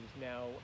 now